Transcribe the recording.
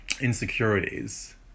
insecurities